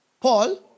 Paul